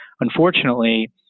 Unfortunately